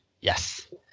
Yes